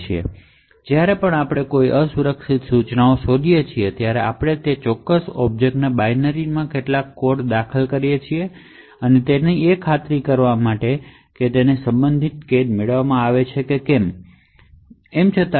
હવે જ્યારે પણ આપણે કોઈ અસુરક્ષિત ઇન્સટ્રકશનશ મળે ત્યારે આપણે તે ઑબ્જેક્ટના બાઈનરીમાં સંબંધિત કોનફીનમેંટ મેળવી શકાય એટ્લે કેટલાક કોડ દાખલ કરીએ છીએ